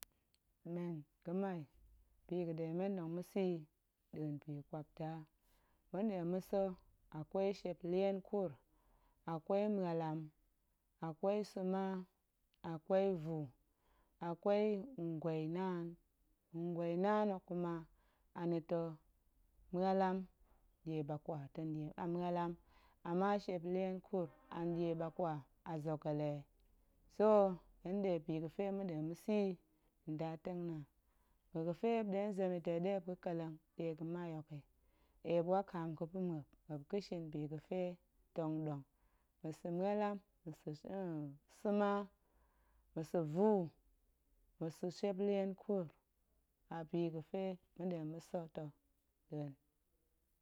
Men ga̱mai bi ga̱ɗe men tong ma̱sa̱ yi nɗa̱a̱n boƙwapda: ma̱ɗe ma̱sa̱ kwei shiep lienkuur, akwei mualam, akwei sa̱mua, akwei vuu, akwei mgwai naan; ngwai naan hok kuma anita̱, mualam ɗie ɓakwa ta̱ mualam, ama shiep lienkuur a nɗie ɓakwa a zogele, so bi ga̱fe ma̱nɗe ma̱sa̱ yi ndatengnaan, ma̱ ga̱fe muop nɗe tong zem yi deg̱a̱ ɗe muop ga̱ ƙelleng ɗie ga̱mai hok yi eep wakaam ga̱pa̱ muop, muop ga̱shin bi ga̱fe tong ɗong, ma̱sa̱ mual, ma̱sa̱ sa̱mua, ma̱sa̱ vuu, ma̱sa̱ shiep lienkuur, a bi ga̱fe ma̱nɗe ma̱sa̱ ta̱ nɗa̱a̱n.